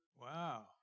Wow